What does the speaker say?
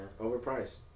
Overpriced